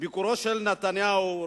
ביקורו של נתניהו,